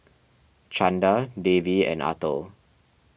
Chanda Devi and Atal